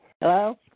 Hello